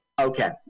okay